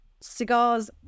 cigars